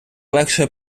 легше